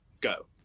Go